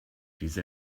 diese